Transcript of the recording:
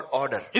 order